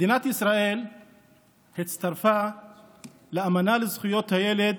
מדינת ישראל הצטרפה לאמנה לזכויות הילד